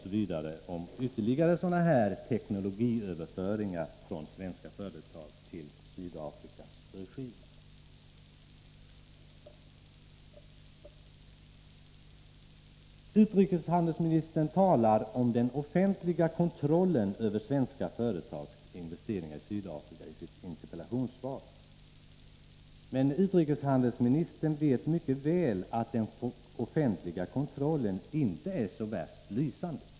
Mats Hellström säger också att den pågående utredningen skall se över just teknologiöverföring. Utrikeshandelsministern nämner i sitt interpellationssvar den offentliga kontrollen över svenska företags investeringar i Sydafrika. Men Mats Hellström vet mycket väl att den offentliga kontrollen inte är så värst lysande.